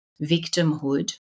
victimhood